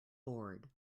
board